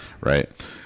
Right